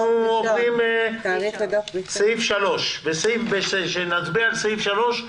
אנחנו עוברים לסעיף 3. כשנצביע על סעיף 3,